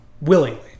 willingly